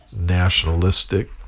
nationalistic